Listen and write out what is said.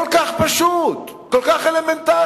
כל כך פשוט, כל כך אלמנטרי.